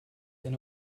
eine